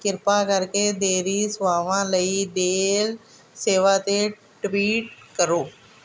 ਕਿਰਪਾ ਕਰਕੇ ਦੇਰੀ ਸੇਵਾਵਾਂ ਲਈ ਡੇਲ ਸੇਵਾ ਤੇ ਟਵੀਟ ਕਰੋ